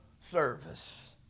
service